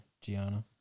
Gianna